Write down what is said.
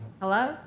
Hello